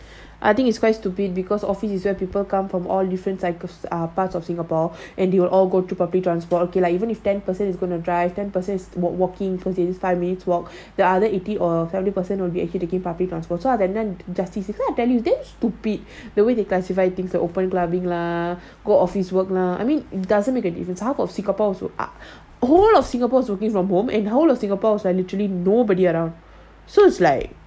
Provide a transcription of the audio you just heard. I think it's quite stupid because office is where people come from all different cycles ah part of singapore and they will all go to public transport okay like even if ten person is gonna drive ten persons walking the five minutes walk the other eighty or seventy percent will be actually taking public transport so அது:adhu damn stupid the way they classify things the open clubbing ah go office work ah I mean it doesn't make a difference ah half of singapore ah whole of singapore is working from home is like literally nobody around so it's like